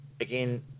Again